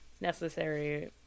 necessary